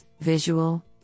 Visual